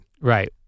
Right